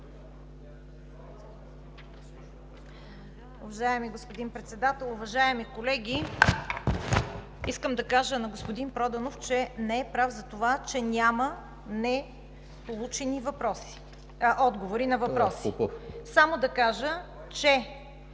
Уважаеми господин Председател, уважаеми колеги! Искам да кажа на господин Проданов, че не е прав за това, че няма получени отговори на въпроси. Само да кажа, че